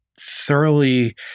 thoroughly